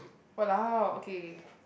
!walao! okay K